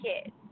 kids